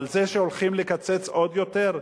על זה שהולכים לקצץ עוד יותר?